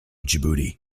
djibouti